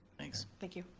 thanks. thank you.